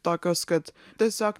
tokios kad tiesiog